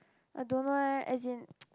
I don't know eh as in